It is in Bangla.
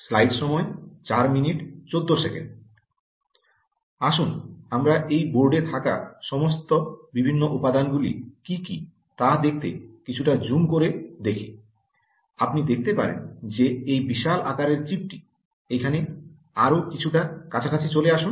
আসুন আমরা এই বোর্ডে থাকা সমস্ত বিভিন্ন উপাদানগুলি কী কী তা দেখতে কিছুটা জুম করে দেখি আপনি দেখতে পারেন যে এই বিশাল আকারের চিপটি এখানে আরও কিছুটা কাছাকাছি চলে আসুন